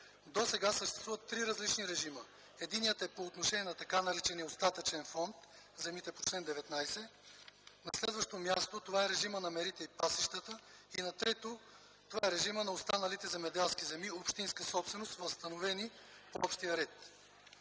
Досега съществуват три различни режима – единият е по отношение на така наречения остатъчен фонд, тоест за земите по чл. 19. На следващо място, това е режимът на мерите и пасищата. И на трето място, това е режимът на останалите земеделски земи – общинска собственост, възстановени по общия ред.